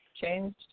changed